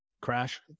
crash